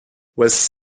was